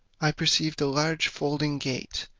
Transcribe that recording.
i perceived a large folding gate,